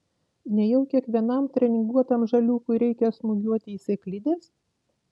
nejau kiekvienam treninguotam žaliūkui reikia smūgiuoti į sėklides